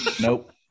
nope